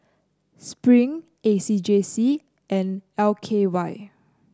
Spring A C J C and L K Y